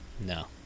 No